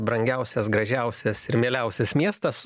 brangiausias gražiausias ir mieliausias miestas